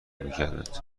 میکردند